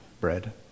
bread